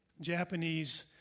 Japanese